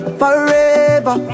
forever